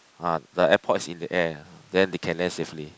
ah the airport is in the air then they can land safely